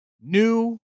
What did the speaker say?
new